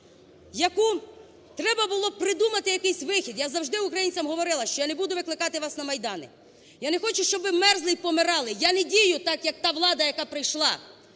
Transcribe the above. яку треба було придумати, якийсь вихід, я завжди українцям говорила, що я не буду викликати вас на майдани, я не хочу, щоб ви мерзли і помирали, я не дію так, як та влада, яка прийшла